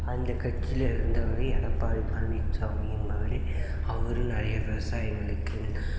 அந்த கட்சியில் இருந்தவர் எடப்பாடி பழனிச்சாமி என்பவர் அவர் நிறைய விவசாயிகளுக்கு